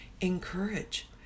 encourage